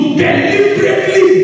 deliberately